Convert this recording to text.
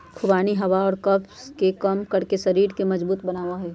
खुबानी हवा और कफ के कम करके शरीर के मजबूत बनवा हई